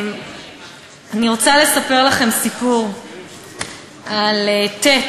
אני רוצה לספר לכם סיפור על ט',